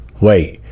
Wait